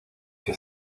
que